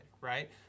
right